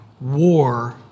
war